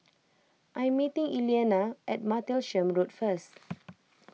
I am meeting Elianna at Martlesham Road first